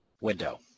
window